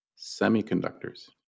semiconductors